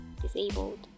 disabled